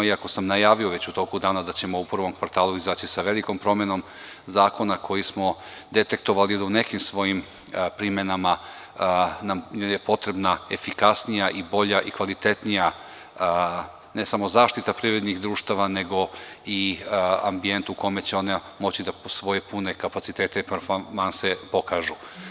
U toku dana sam najavio da ćemo u prvom kvartalu izaći sa velikom promenom zakona za koje smo detaktovali da je u nekim svojim primenama potrebna efikasnija, bolja i kvalitetnija ne samo zaštita privrednih društava nego i ambijent u kome će one moći da svoje pune kapacitete i performanse pokažu.